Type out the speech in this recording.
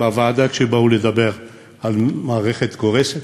בוועדה כשבאו לדבר על מערכת קורסת.